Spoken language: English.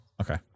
Okay